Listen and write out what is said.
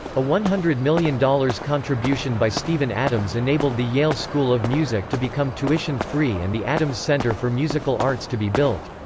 a one hundred million dollars contribution by stephen adams enabled the yale school of music to become tuition-free and the adams center for musical arts to be built.